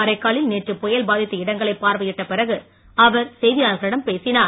காரைக்காவில் நேற்று புயல் பாதித்த இடங்களை பார்வையிட்ட பிறகு அவர் செய்தியாளர்களிடம் பேசினார்